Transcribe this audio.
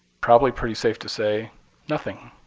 probably pretty safe to say nothing.